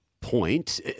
point